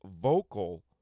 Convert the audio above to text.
vocal